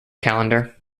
calendar